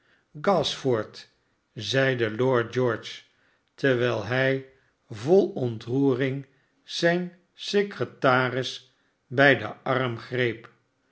gashford zeide lord george terwijl hij vol ontroering zijn secretaris bij den aim greep